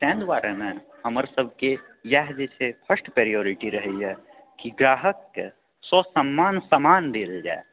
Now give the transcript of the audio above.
ताहि दुआरे ने हमर सभकेँ इएह जे छै फर्स्ट पेरियोरिटी रहैए कि ग्राहकके ससम्मान समान देल जाइ